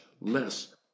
less